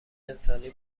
انسانی